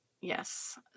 yes